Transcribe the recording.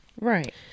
Right